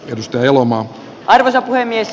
kivistö elomaa ainoita puhemies